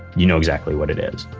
you know exactly what it is